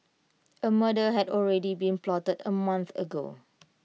A murder had already been plotted A month ago